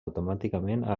automàticament